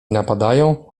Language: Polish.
napadają